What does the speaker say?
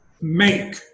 make